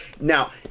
Now